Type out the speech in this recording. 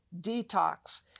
detox